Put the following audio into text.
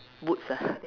boots ah